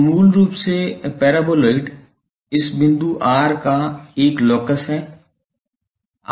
तो मूल रूप से पैराबोलॉइड इस बिंदु r का एक लोकस है